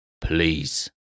Please